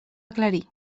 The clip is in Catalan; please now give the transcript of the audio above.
aclarir